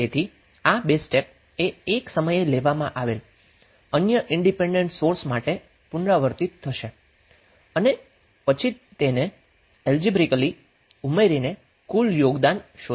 તેથી આ બે સ્ટેપ એ એક સમયે લેવામાં આવેલા અન્ય ઇન્ડિપેન્ડન્ટ સોર્સ માટે પુનરાવર્તિત થશે અને પછી તેમને એલ્જીબ્રેકલી ઉમેરીને કુલ યોગદાન શોધો